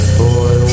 boy